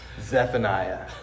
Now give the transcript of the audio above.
Zephaniah